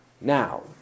now